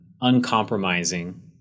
uncompromising